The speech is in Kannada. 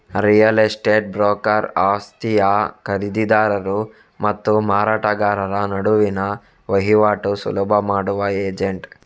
ರಿಯಲ್ ಎಸ್ಟೇಟ್ ಬ್ರೋಕರ್ ಆಸ್ತಿಯ ಖರೀದಿದಾರರು ಮತ್ತು ಮಾರಾಟಗಾರರ ನಡುವಿನ ವೈವಾಟು ಸುಲಭ ಮಾಡುವ ಏಜೆಂಟ್